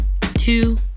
two